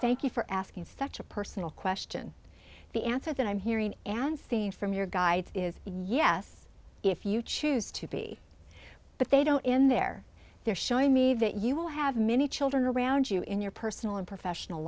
thank you for asking such a personal question the answer that i'm hearing and seeing from your guy is yes if you choose to be but they don't in there they're showing me that you will have many children around you in your personal and professional